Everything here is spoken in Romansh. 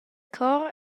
chor